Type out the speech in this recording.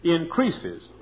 increases